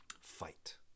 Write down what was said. fight